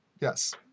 yes